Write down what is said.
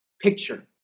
picture